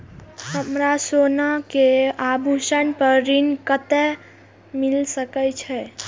हमरा अपन सोना के आभूषण पर ऋण कते मिल सके छे?